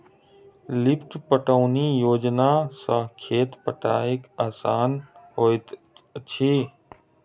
lift पटौनी योजना सॅ खेत पटायब आसान होइत अछि